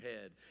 head